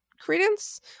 Credence